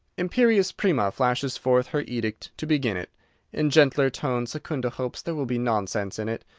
imperious prima flashes forth her edict to begin it in gentler tone secunda hopes there will be nonsense in it!